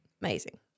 amazing